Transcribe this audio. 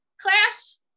class